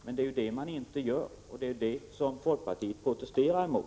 Men det är ju det som man inte gör, och det är detta folkpartiet protesterar mot.